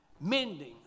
Mending